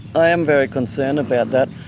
i am very concerned about that,